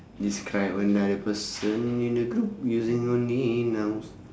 describe other person in the group using only nouns